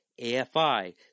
AFI